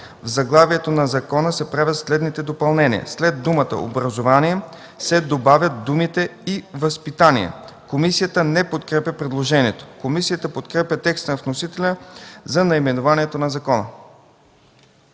в заглавието на закона се правят следните допълнения: след думата „образование” се добавят думите „ и възпитание”. Комисията не подкрепя предложението. Комисията подкрепя текста на вносителя за наименованието на закона.